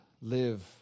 live